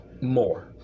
more